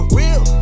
real